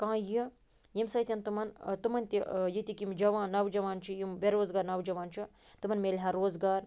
کانٛہہ یہِ ییٚمہِ سۭتۍ تِمَن تِمَن تہِ یَتِکۍ یِم جوان نَوجوان چھِ یِم بےٚ روزگار نَوجوان چھِ تِمَن میٚلِہا روزگار